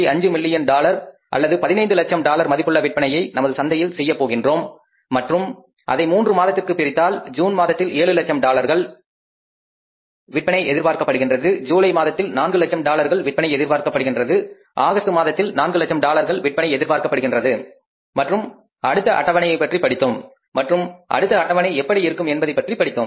5 million dollar அல்லது 15 லட்சம் dollar மதிப்புள்ள விற்பனையை நமது சந்தையில் செய்ய போகின்றோம் மற்றும் அதை மூன்று மாதத்திற்கு பிரித்தால் ஜூன் மாதத்தில் 700000 டாலர்கள் விற்பனை எதிர்பார்க்கப்படுகின்றது ஜூலை மாதத்தில் 400000 டாலர்கள் விற்பனை எதிர்பார்க்கப்படுகின்றது ஆகஸ்ட் மாதத்தில் 400000 டாலர்கள் விற்பனை எதிர்பார்க்கப்படுகின்றது மற்றும் அடுத்த அட்டவணையை பற்றி படித்தோம் மற்றும் அடுத்த அட்டவணை எப்படி இருக்கும் என்பதைப் பற்றி படித்தோம்